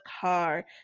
car